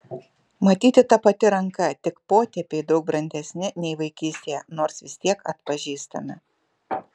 matyti ta pati ranka tik potėpiai daug brandesni nei vaikystėje nors vis tiek atpažįstami